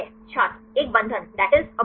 छात्र एक बंधन